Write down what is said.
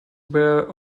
where